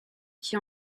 qui